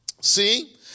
See